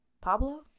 Pablo